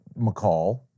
McCall